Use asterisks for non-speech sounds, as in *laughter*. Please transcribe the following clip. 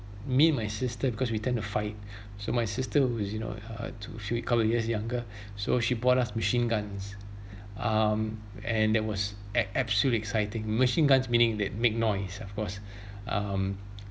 me and my sister because we tend to fight *breath* so my sister was you know uh two thre~ a couple years younger *breath* so she bought us machine guns *breath* um and that was ab~ absolutely exciting machine guns meaning that make noise of course *breath* um